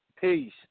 Peace